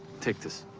take this.